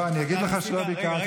לא, אני אגיד לך שלא ביקרתי.